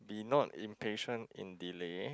be not impatient in delay